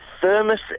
Thermos